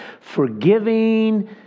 forgiving